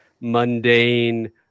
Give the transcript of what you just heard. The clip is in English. mundane